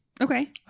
okay